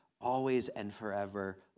always-and-forever